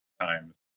times